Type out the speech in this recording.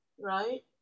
right